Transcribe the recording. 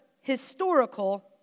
historical